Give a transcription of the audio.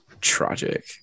Tragic